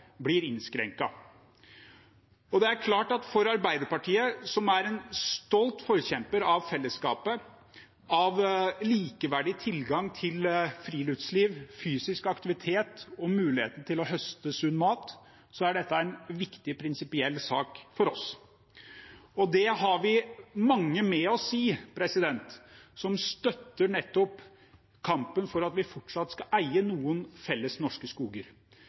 blir innskrenket. For Arbeiderpartiet, som er en stolt forkjemper av fellesskapet, av likeverdig tilgang til friluftsliv, fysisk aktivitet og muligheten til å høste sunn mat, er dette en viktig prinsipiell sak. Og vi har mange med oss i dette, som støtter kampen for at vi fortsatt skal eie noen felles norske skoger.